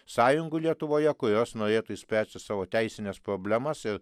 sąjungų lietuvoje kurios norėtų išspręsti savo teisines problemas ir